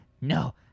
No